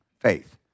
Faith